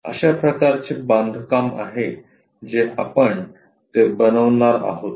अशा प्रकारचे बांधकाम आहे जे आपण ते बनवणार आहोत